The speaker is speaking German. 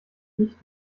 nicht